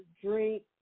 drink